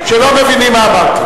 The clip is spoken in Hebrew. לא מבינים.